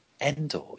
Endor